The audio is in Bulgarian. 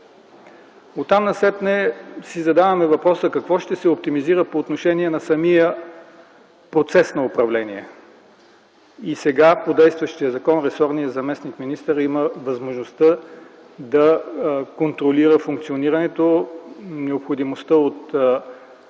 Оттам насетне си задаваме въпроса – какво ще се оптимизира по отношение на самия процес на управление? И сега по действащия закон ресорният заместник-министър има възможността да контролира функционирането, необходимостта от щатове,